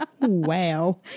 Wow